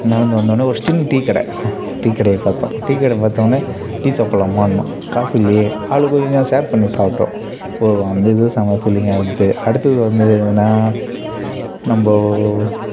நடந்து வந்தவோனே ஒரு சின்ன டீ கடை டீ கடையை பார்த்தோம் டீ கடை பார்த்தவோனே டீ சாப்பிட்லாமான்னோம் காசு இல்லையே ஆளுக்கு கொஞ்ச கொஞ்சம் ஷேர் பண்ணி சாப்பிட்டோம் ஒரு அந்த இது செம ஃபீலிங்காக இருந்துது அடுத்தது வந்து நான் நம்ப